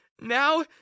Now